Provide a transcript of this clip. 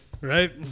Right